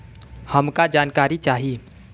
हमका जानकारी चाही?